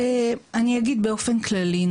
אני אגיד באופן כללי.